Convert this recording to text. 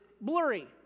blurry